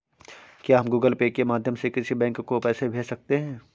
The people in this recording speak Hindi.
क्या हम गूगल पे के माध्यम से किसी बैंक को पैसे भेज सकते हैं?